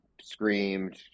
screamed